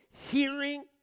hearing